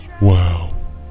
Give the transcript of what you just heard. Wow